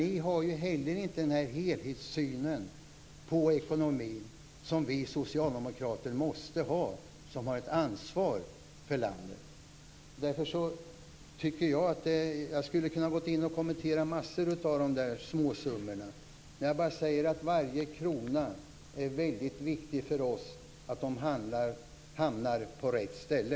Ni har ju heller inte den helhetssyn på ekonomin som vi socialdemokrater måste ha, som har ett ansvar för landet. Jag skulle ha kunnat kommentera många av de här småsummorna. Men jag säger bara att varje krona är väldigt viktig för oss. Det är viktigt att de hamnar på rätt ställe.